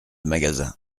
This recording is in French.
magasin